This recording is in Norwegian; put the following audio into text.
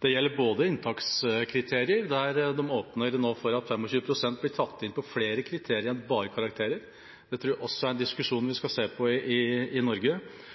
Det gjelder både inntakskriterier, der de nå åpner for at 25 pst. blir tatt inn på flere kriterier enn bare karakterer – det tror jeg også er en diskusjon vi skal ta i Norge – og der de som blir tatt inn på